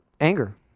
anger